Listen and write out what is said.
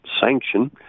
sanction